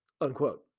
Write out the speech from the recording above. unquote